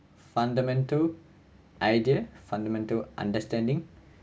fundamental idea fundamental understanding